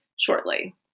shortly